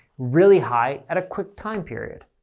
really high, at a quick time period?